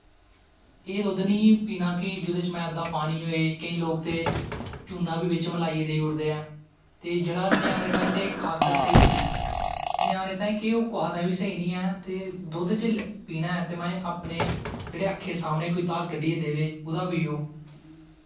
एह् नी होऐ कि ओह्दे च अद्दा पानी होऐ होऐ केंई लोग ते चूनां बी बिच्च मलाईयै देई ओड़दे ऐं ते जेह्ड़ा ते ञ्यानें तांई ते खासकर स्हेई नी ऐ ञ्यानें तांईं केह् ओह् कुसै तांई बी स्हेई नी दुध्द जिसलै पीना ऐ ते अपनें जेह्ड़ा अक्कें ते सामनें धार कड्डियै देऐ ओह् पियो